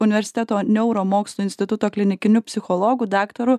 universiteto neuromokslų instituto klinikiniu psichologu daktaru